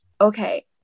okay